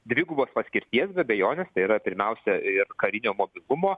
dvigubos paskirties be abejonės tai yra pirmiausia ir karinio mobilumo